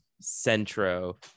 centro